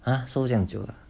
ah 收这样久 ah siao